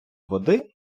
води